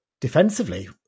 defensively